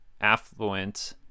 affluent